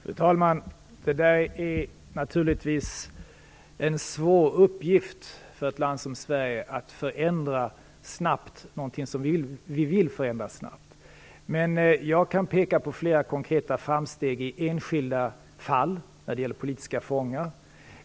Fru talman! Det är naturligtvis en svår uppgift för ett land som Sverige att snabbt förändra någonting som vi vill förändra snabbt. Men jag kan peka på flera konkreta framsteg i enskilda fall när det gäller politiska fångar.